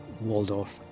Waldorf